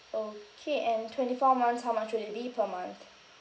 okay and twenty four months how much would it be per month